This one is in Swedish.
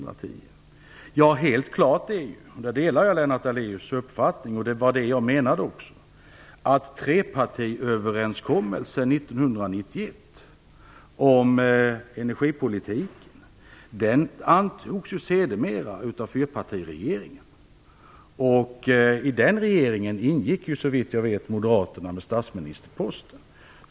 Det är ju helt klart - där delar jag Lennart Daléus uppfattning, och det var det jag menade tidigare - att trepartiöverenskommelsen om energipolitiken 1991 sedermera antogs av fyrpartiregeringen. I den regeringen ingick såvitt jag vet Moderaterna. Man innehade statsministerposten.